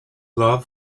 love